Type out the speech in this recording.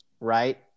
Right